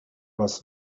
was